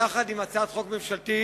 יחד עם הצעת חוק ממשלתית.